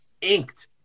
inked